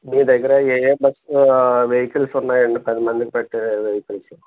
మీ దగ్గర ఏయే bus vehicles ఉన్నాయి అండి పది మంది పట్టే వెహికల్స్